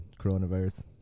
coronavirus